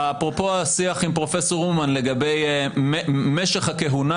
אפרופו השיח עם פרופ' אומן לגבי משך הכהונה,